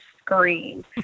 scream